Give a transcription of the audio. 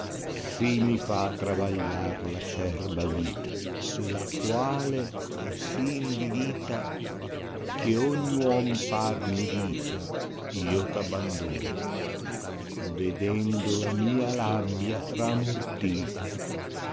si mi fa travagliar v acerba vita la quale è si invilita che ogn uom par mi dica io t abbandono vedendo la mia labbia tramortita